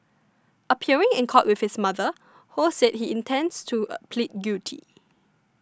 appearing in court with his mother Ho said he intends to plead guilty